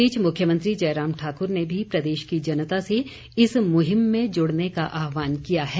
इस बीच मुख्यमंत्री जयराम ठाकुर ने भी प्रदेश की जनता से इस मुहिम में जुड़ने का आहवान किया है